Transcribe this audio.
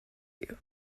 you